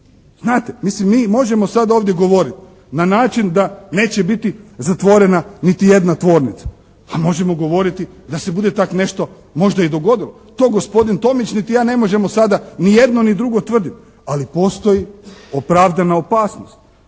mislim mi možemo sad ovdje govoriti na način da neće biti zatvorena niti jedna tvornica, a možemo govoriti da se bude tak nešto možda i dogodilo. To gospodin Tomić niti ja ne možemo sada ni jedno ni drugo tvrditi, ali postoji opravdana opasnost.